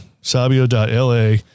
Sabio.la